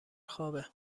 خوابه